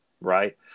right